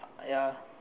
ya